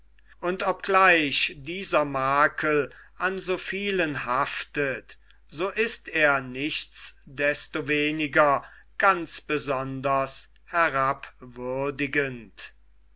und obgleich dieser makel an so vielen haftet so ist er nichts desto weniger ganz besonders herabwürdigend